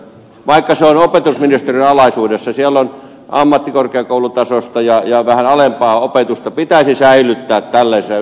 vaikka se on opetusministeriön alaisuudessa siellä on ammattikorkeakoulutasoista ja vähän alempaa opetusta se pitäisi säilyttää tällaisena